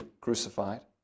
crucified